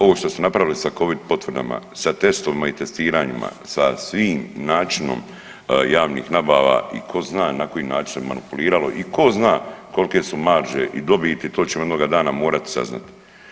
Ovo što ste napravili sa Covid potvrdama, sa testovima i testiranjima sa svim načinom javnih nabava i tko zna na koji način manipuliralo i tko zna kolike su marže i dobiti to ćemo jednoga dana morati saznati.